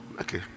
Okay